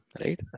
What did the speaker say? right